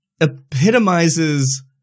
epitomizes